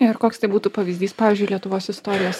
ir koks tai būtų pavyzdys pavyzdžiui lietuvos istorijos